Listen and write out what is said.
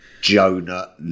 Jonah